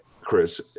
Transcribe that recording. Chris